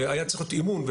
שהיה צריך להיות אימון,